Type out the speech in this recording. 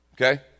Okay